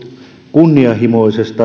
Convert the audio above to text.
kunnianhimoiseen